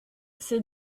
ces